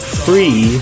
free